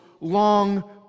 long